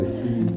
see